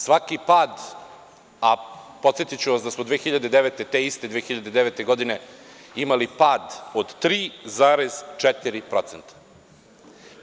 Svaki pad, a podsetiću vas da smo 2009, te iste 2009. godine imali pad od 3,4%